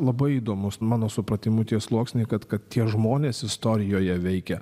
labai įdomus mano supratimu tie sluoksniai kad kad tie žmonės istorijoje veikia